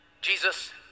Jesus